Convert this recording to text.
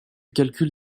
calcul